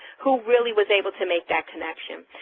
who really was able to make that connection.